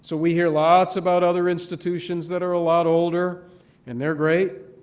so we hear lots about other institutions that are a lot older and they're great.